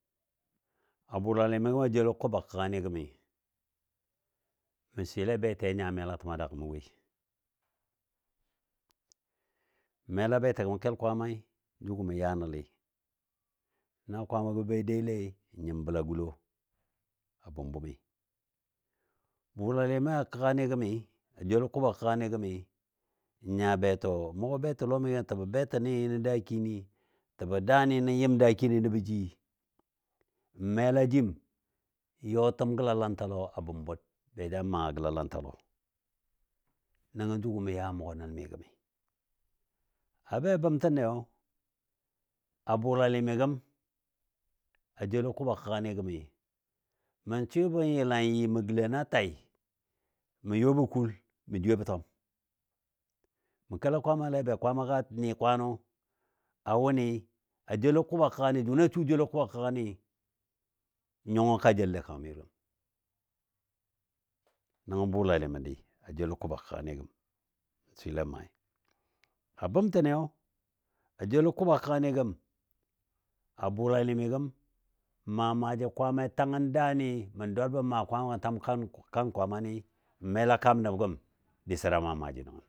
A bʊlalɨ mi gəmiyo a joulo kʊb a kəgani gəmi, mə swile betiya nya melatəm a daagɔ mə woi, n mela beti gəm kel Kwaamai jʊgɔ məya nəli. Na Kwaamagɔ be douile n nya bəla gulo a bʊm bʊmi. Bʊlalɨ mi a kəga ni gəmi a joulo kʊb a kəgani gəmi n nya betɔ mʊgɔ betɔ lɔmi təbɔ beti ni nən dakini təbɔ daani nə yɨm dakini nəbo ji n mela jim yɔtəm gəlalantalɔ a bʊm bud be ja maa gəlalantalɔ nəngɔ jʊgɔ mə ya mʊgɔ nəl mi gəmi. A be bətənleyo a bʊlalɨ mi gəm a joulo kʊb a kəgani gəmi, mə swɨbɔ yəlan yɨ mə gəlon na tai mə yɔbɔ kuul mə jwiyebɔ twam. Mə kela Kwaamale be Kwaamaga nɨ kwanɔ a wʊnɨ a joulo kʊb a kəgani jʊnɨ a su joulo kʊb a kəgani nyongɔ ka jəle a kang mi gəm. Nəngɔ bʊlalɨ məndi a joulo kʊb a kəgani gəmi mə swɨle maai. A bəmtəniyo a joulo kʊb a kəgani gəmi a bʊlalɨ mi gəm n maa maaji Kwaamai təngən daani mə dwalbɔ maa kwamagɔ mə tam kan kan Kwaamani n mela kam nəb gəm diso da maa maaji nəngən